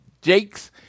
Jake's